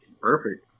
Perfect